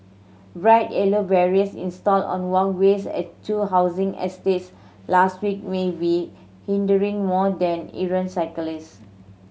bright yellow barriers installed on walkways at two housing estates last week may be hindering more than errant cyclists